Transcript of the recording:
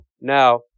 now